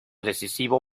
decisivo